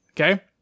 Okay